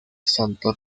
santo